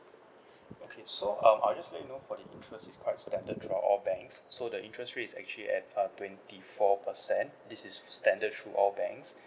okay so um I'll just let you know for the interest is quiet standard throughout all banks so the interest rates is actually at uh twenty four percent this is standard through all banks